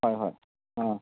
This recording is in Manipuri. ꯍꯣꯏ ꯍꯣꯏ ꯑꯥ